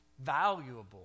valuable